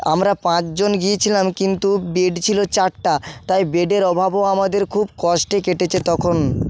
আমরা পাঁচজন গিয়েছিলাম কিন্তু বেড ছিল চারটে তাই বেডের অভাবও আমাদের খুব কষ্টে কেটেছে তখন